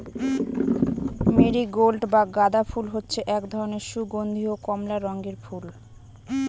marigold বা গাঁদা ফুল হচ্ছে এক ধরনের সুগন্ধীয় কমলা রঙের ফুল